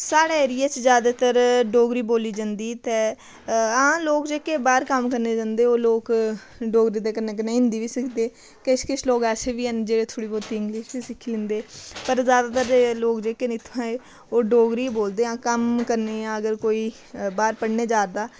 साढ़े ऐरिये च ज्यादातर डोगरी बोली जंदी ते हां लोक जेह्के बाह्र कम्म करने जंदे ओह् लोक डोगरी दे कन्नै कन्नै हिंदी बी सिखदे किश किश लोक ऐसे बी हैन जेह्ड़े थोह्डी बहुती इंग्लिश बी सिक्खी लैंदे पर ज्यादातर लोक जेह्के न इत्थें दे ओह् डोगरी गै बोलदे न कम्म करने हां अगर कोई बाह्र पढ़ने जा दा